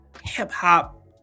hip-hop